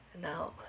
Now